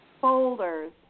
folders